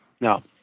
No